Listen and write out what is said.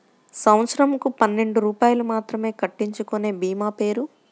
సంవత్సరంకు పన్నెండు రూపాయలు మాత్రమే కట్టించుకొనే భీమా పేరు?